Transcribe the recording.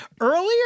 Earlier